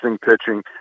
pitching